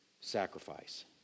sacrifice